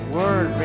word